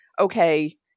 Okay